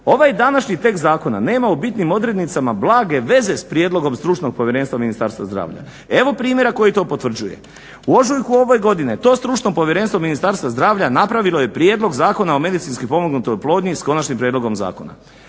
ovaj današnji tekst zakona nema u bitnim odrednicama blage veze s prijedlogom Stručnog povjerenstva Ministarstva zdravlja. Evo primjera koji to potvrđuje. U ožujku ove godine to Stručno povjerenstvo Ministarstva zdravlja napravilo je prijedlog zakona o medicinski pomognutoj oplodnji s konačnim prijedlogom zakona.